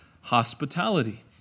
hospitality